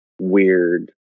weird